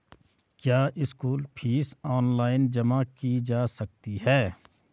क्या school fees online जमा की जा सकती है?